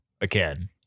again